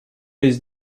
есть